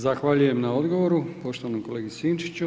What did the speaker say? Zahvaljujem na odgovoru poštovanom kolegi Sinčiću.